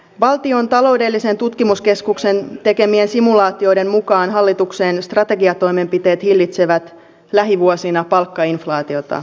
valtion taloudellisen tutkimuskeskuksen tekemien simulaatioiden mukaan hallituksen strategiatoimenpiteet hillitsevät lähivuosina palkkainflaatiota